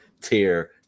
tier